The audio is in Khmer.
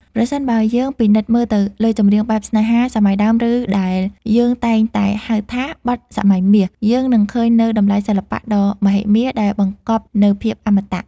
ប្រសិនបើយើងពិនិត្យមើលទៅលើ ចម្រៀងបែបស្នេហា សម័យដើម ឬដែលយើងតែងតែហៅថា បទសម័យមាស យើងនឹងឃើញនូវតម្លៃសិល្បៈដ៏មហិមាដែលបង្កប់នូវភាពអមតៈ។